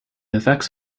effects